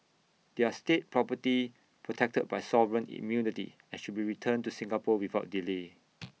they are state property protected by sovereign immunity and should be returned to Singapore without delay